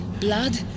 Blood